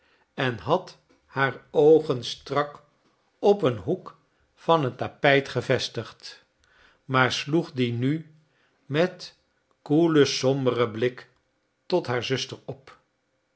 en had haar oogen strak op een hoek van het tapijt gevestigd maar sloeg die nu met koelen somberen blik tot haar zuster op